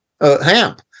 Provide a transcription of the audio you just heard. Hamp